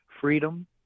freedom